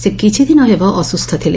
ସେ କିଛିଦିନ ହେବ ଅସ୍ସ୍ସ୍ ଥିଲେ